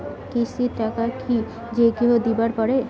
কিস্তির টাকা কি যেকাহো দিবার পাবে?